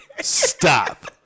Stop